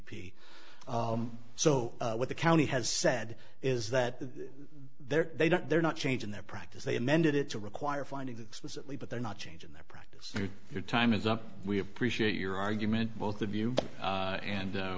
so what the county has said is that the they're they don't they're not changing their practice they amended it to require finding explicitly but they're not changing their practice your time is up we appreciate your argument both of you a